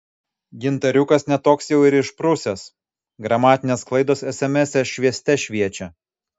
gintariukas ne toks jau ir išprusęs gramatinės klaidos esemese švieste šviečia